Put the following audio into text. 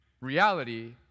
reality